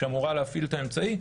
שאמורה להפעיל את האמצעי.